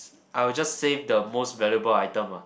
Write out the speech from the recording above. I'll just save the most valuable item lah